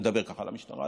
מדבר כך על המשטרה,